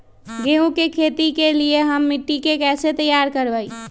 गेंहू की खेती के लिए हम मिट्टी के कैसे तैयार करवाई?